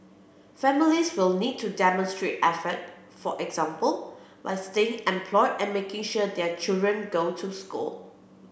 families will need to demonstrate effort for example by staying employed and making sure their children go to school